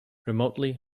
remotely